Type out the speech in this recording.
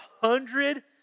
hundred